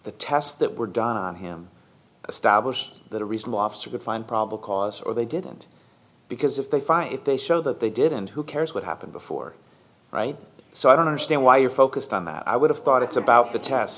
the tests that were down him a stablished that a reasonable officer could find probable cause or they didn't because if they find if they show that they didn't who cares what happened before right so i don't understand why you focused on that i would have thought it's about the t